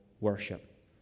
worship